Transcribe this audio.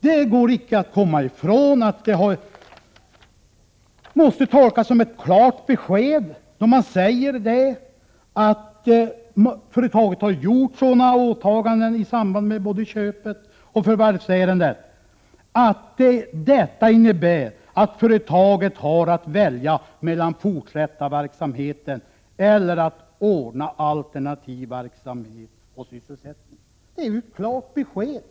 Det går icke att komma ifrån att det måste tolkas som ett klart besked, om man säger att företaget har gjort sådana åtaganden i samband med köpet och förvärvsärendet att företaget har att välja mellan att antingen fortsätta verksamheten eller också ordna alternativ sysselsättning. Det är ett klart besked.